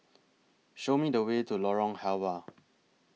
Show Me The Way to Lorong Halwa